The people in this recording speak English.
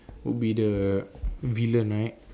would be the villain right